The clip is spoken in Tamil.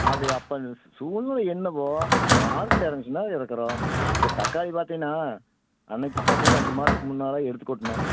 அது அப்போ சூழ்நிலை என்னவோ மார்கெட் இறங்குச்சுனா இறக்குறோம் இப்போ தக்காளி பார்த்திகனா அன்னிக்கி பார்த்திகனா ரெண்டு மாதத்துக்கு முன்னால் எடுத்துக் கொட்டினோம்